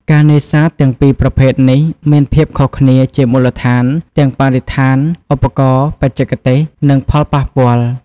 ការនេសាទទាំងពីរប្រភេទនេះមានភាពខុសគ្នាជាមូលដ្ឋានទាំងបរិស្ថាន ឧបករណ៍ បច្ចេកទេស និងផលប៉ះពាល់។